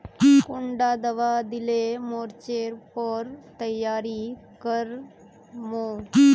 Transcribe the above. कुंडा दाबा दिले मोर्चे पर तैयारी कर मो?